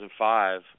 2005